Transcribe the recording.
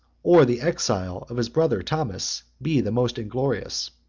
or the exile of his brother thomas, be the most inglorious.